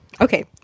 Okay